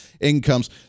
incomes